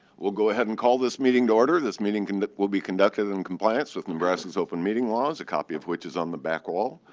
we'll go ahead and call this meeting to order. this meeting will be conducted in compliance with nebraska's open meeting laws, a copy of which is on the back wall.